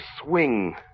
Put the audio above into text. swing